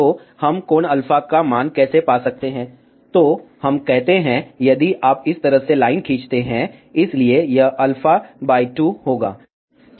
तो हम ∠ α का मान कैसे पा सकते हैं तो हम कहते हैं यदि आप इस तरह से लाइन खींचते हैं इसलिए यह α 2 होगा